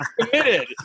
committed